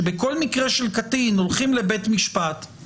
שבכל מקרה של קטין הולכים לבית משפט,